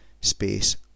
space